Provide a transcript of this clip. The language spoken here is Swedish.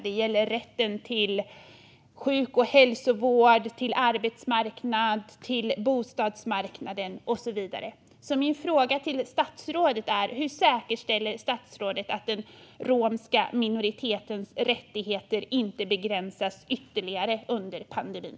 Det gäller rätten och tillgången till hälso och sjukvård, arbetsmarknad, bostadsmarknad och så vidare. Hur säkerställer statsrådet att den romska minoritetens rättigheter inte begränsas ytterligare under pandemin?